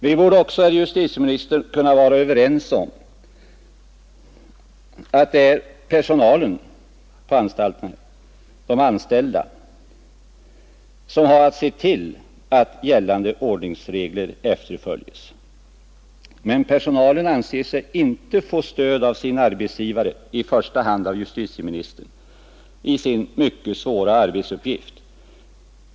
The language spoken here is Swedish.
Vi borde också, herr justitieminister, kunna vara överens om att det är personalen på anstalterna, de anställda, som har att se till att gällande ordningsregler efterföljs. Men personalen anser sig inte få stöd av sin arbetsgivare, i första hand av justitieministern, i sin mycket svåra arbetsuppgift.